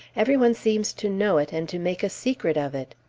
every one seems to know it, and to make a secret of it.